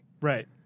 Right